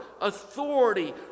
authority